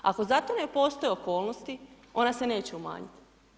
Ako zato ne postoje okolnosti, ona se neće umanjiti.